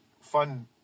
fun